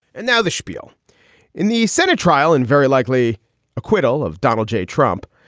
and now the schpiel in the senate trial and very likely acquittal of donald j. trump.